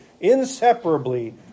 inseparably